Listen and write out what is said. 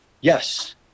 Yes